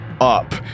up